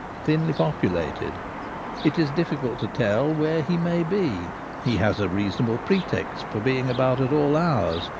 thinly populated it is difficult to tell where he may be he has a reasonable pretext for being about at all hours,